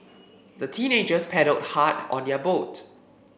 the teenagers paddled hard on their boat